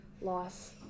loss